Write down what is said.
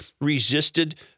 resisted